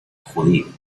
judío